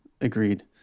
Agreed